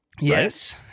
Yes